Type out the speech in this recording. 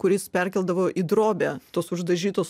kuris perkeldavo į drobę tuos uždažytus